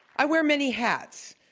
i wear many hats.